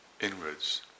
inwards